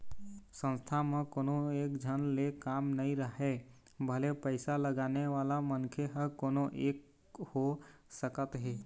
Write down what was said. संस्था म कोनो एकझन ले काम नइ राहय भले पइसा लगाने वाला मनखे ह कोनो एक हो सकत हे